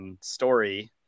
Story